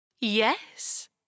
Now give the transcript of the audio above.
Yes